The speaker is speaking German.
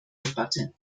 debatte